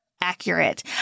accurate